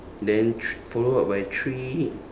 then thr~ follow up by three